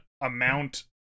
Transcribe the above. amount